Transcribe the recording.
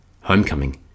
Homecoming